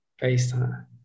FaceTime